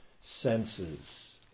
senses